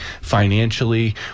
financially